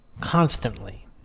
constantly